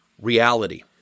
reality